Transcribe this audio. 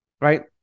Right